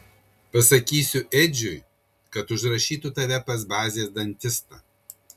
pasakysiu edžiui kad užrašytų tave pas bazės dantistą